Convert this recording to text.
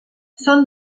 són